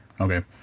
Okay